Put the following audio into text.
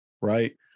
right